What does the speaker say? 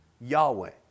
Yahweh